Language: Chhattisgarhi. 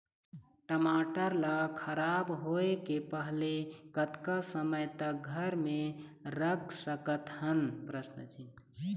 टमाटर ला खराब होय के पहले कतका समय तक घर मे रख सकत हन?